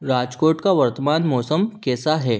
राजकोट का वर्तमान मौसम कैसा है